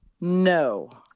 No